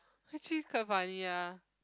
actually quite funny ah